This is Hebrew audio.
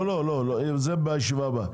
לא, זה בישיבה הבאה.